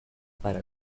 para